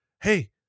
Hey